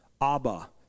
Abba